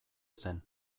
zen